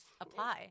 apply